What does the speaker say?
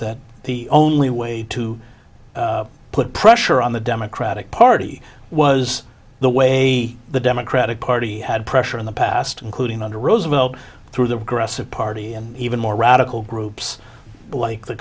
that the only way to put pressure on the democratic party was the way the democratic party had pressure in the past including under roosevelt through the regressive party and even more radical groups like the